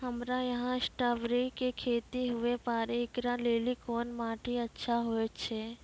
हमरा यहाँ स्ट्राबेरी के खेती हुए पारे, इकरा लेली कोन माटी अच्छा होय छै?